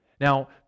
Now